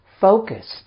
focused